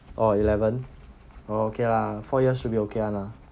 oh eleven okay lah four years should be okay [one] lah